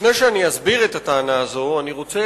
לפני שאני אסביר את הטענה הזאת אני רוצה